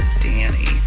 Danny